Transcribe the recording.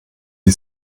die